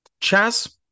Chaz